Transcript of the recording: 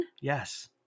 Yes